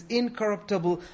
incorruptible